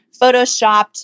photoshopped